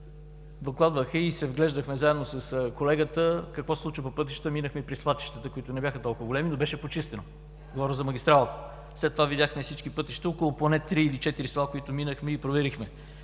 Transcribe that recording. докладваха и се вглеждахме заедно с колегата какво се случва по пътищата. Минахме и през свлачищата, които не бяха толкова големи, но беше почистено. Говоря за магистралата. След това видяхме всички пътища на около поне три или четири села, които минахме и проверихме.